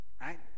right